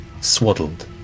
Swaddled